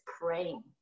praying